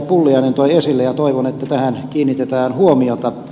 pulliainen toi esille ja toivon että tähän kiinnitetään huomiota